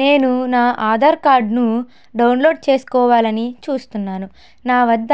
నేను నా ఆధార్ కార్డ్ను డౌన్లోడ్ చేసుకోవాలని చూస్తున్నాను నా వద్ద